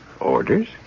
Orders